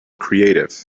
creative